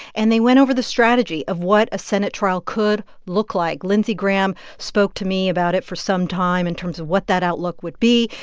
and they went over the strategy of what a senate trial could look like. lindsey graham spoke to me about it for some time in terms of what that outlook would be.